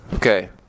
Okay